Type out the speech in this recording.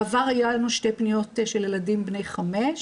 בעבר היו לנו שתי פניות של ילדים בני חמש,